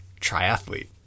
triathlete